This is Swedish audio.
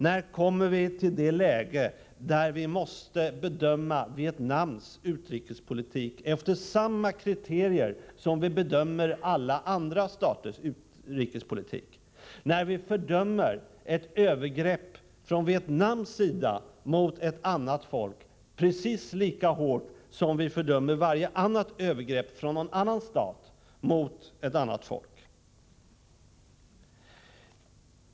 När kommer vi till det läge där vi måste bedöma Vietnams utrikespolitik efter samma kriterier som vi bedömer alla andra staters utrikespolitik, där vi fördömer ett övergrepp från Vietnams sida mot ett annat folk precis lika hårt som vi fördömer varje annat övergrepp från någon stat mot en annat stat?